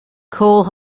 cole